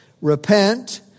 repent